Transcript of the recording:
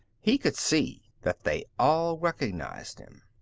he could see that they all recognized him.